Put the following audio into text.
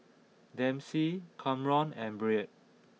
Dempsey Kamron and Brea